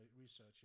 research